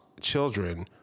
children